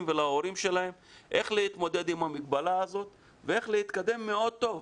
ולהורים שלהם איך להתמודד עם המגבלה הזאת ואיך להתקדם מאוד טוב.